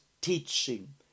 teaching